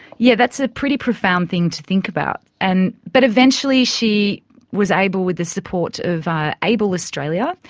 yeah that's a pretty profound thing to think about, and. but eventually she was able with the support of able australia,